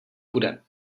bude